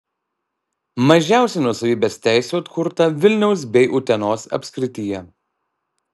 mažiausiai nuosavybės teisių atkurta vilniaus bei utenos apskrityje